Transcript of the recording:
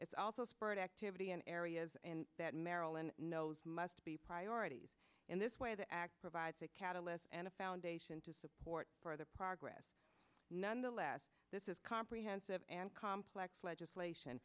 is also spurred activity in areas that marilyn knows must be priorities in this way the act provides a catalyst and a foundation to support further progress nonetheless this is comprehensive and complex legislation